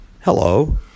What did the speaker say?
Hello